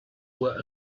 were